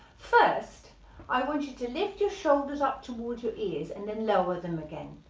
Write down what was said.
first i want you to lift your shoulders up towards your ears and then lower them again,